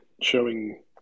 showing